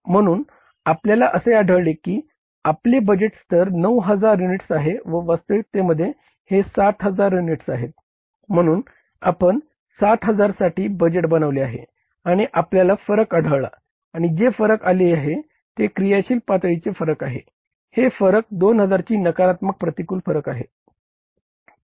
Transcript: म्हणून आपल्याला असे आढळले आहे की आपले बजेट स्तर 9000 युनिट्स आहे व वास्तविकतेमध्ये हे 7000 युनिट्स आहेत म्हणून आपण 7000 साठी बजेट बनवले आहे आणि आपल्याला फरक आढळला आणि जे फरक आले आहे ते क्रियाशील पातळीचे फरक आहे हे फरक 2000 चे नकारात्मक प्रतिकूल फरक आहे